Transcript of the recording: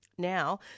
Now